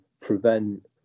prevent